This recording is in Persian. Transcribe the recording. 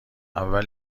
اول